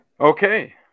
Okay